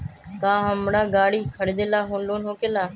का हमरा गारी खरीदेला लोन होकेला?